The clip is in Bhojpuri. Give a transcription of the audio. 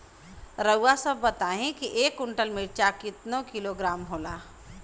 रउआ सभ बताई एक कुन्टल मिर्चा क किलोग्राम होला?